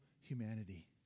humanity